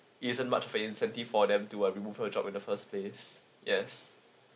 isn't much for your incentive for them to uh remove her job in the first place yes